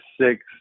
six